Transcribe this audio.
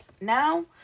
now